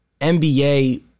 NBA